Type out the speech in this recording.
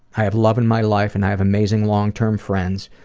i have love in my life and i have amazing long-term friends,